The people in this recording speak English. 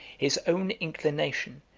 his own inclination,